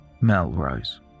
Melrose